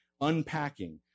unpacking